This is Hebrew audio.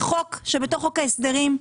זה חוק שנמצא בתוך חוק ההסדרים,